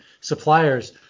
suppliers